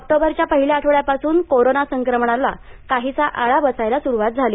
ऑक्टोबरच्या पहिल्या आठवड्यापासून कोरोना संक्रमणाला काहीसा आळा बसायला सुरुवात झाली